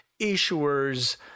issuers